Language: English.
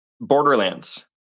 Borderlands